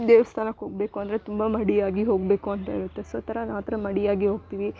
ದೇವ್ಸ್ಥಾನಕ್ಕೆ ಹೋಗ್ಬೇಕು ಅಂದರೆ ತುಂಬ ಮಡಿಯಾಗಿ ಹೋಗಬೇಕು ಅಂತ ಇರುತ್ತೆ ಸೊ ಥರ ಆ ಥರ ಮಡಿಯಾಗಿ ಹೋಗ್ತೀವಿ